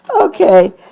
Okay